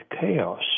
chaos